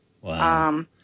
Wow